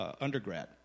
undergrad